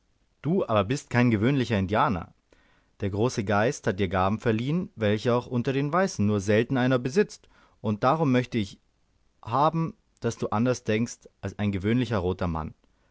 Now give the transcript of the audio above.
du aber bist kein gewöhnlicher indianer der große geist hat dir gaben verliehen welche auch unter den weißen nur selten einer besitzt und darum möchte ich haben daß du anders denkst als ein gewöhnlicher roter mann